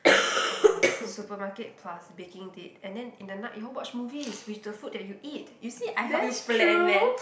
of a supermarket plus baking date and then in the night you all watch movies with the food that you eat you see I help you plan man